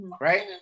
Right